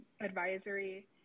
advisory